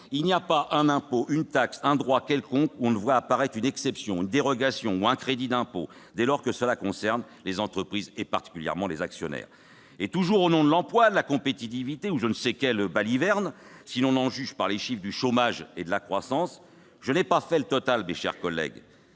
Il n'y a pas un impôt, une taxe, un droit quelconque pour lesquels on ne voie apparaître une exception, une dérogation ou un crédit d'impôt, dès lors que cela concerne les entreprises et particulièrement les actionnaires, et toujours au nom de l'emploi, de la compétitivité ou de je ne sais quelle baliverne, si l'on en juge par les chiffres du chômage et de la croissance. Je n'ai pas fait le total, mes chers collègues,